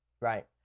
Right